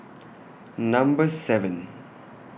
Number seven